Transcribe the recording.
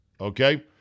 Okay